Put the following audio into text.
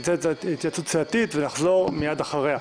נצא להתייעצות סיעתית ונחזור מייד אחריה.